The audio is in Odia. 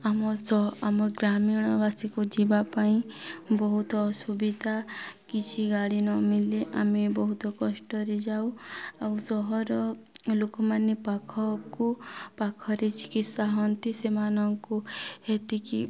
ଆମ ସ ଆମ ଗ୍ରାମୀଣବାସୀକୁ ଯିବା ପାଇଁ ବହୁତ ଅସୁବିଧା କିଛି ଗାଡ଼ି ନମିଳିଲେ ଆମେ ବହୁତ କଷ୍ଟରେ ଯାଉ ଆଉ ସହର ଲୋକମାନେ ପାଖକୁ ପାଖରେ ଚିକିତ୍ସା ହନ୍ତି ସେମାନଙ୍କୁ ହେତିକି